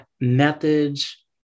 methods